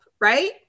Right